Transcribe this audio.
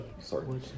Sorry